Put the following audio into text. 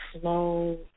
slow